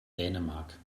dänemark